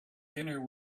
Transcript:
dinner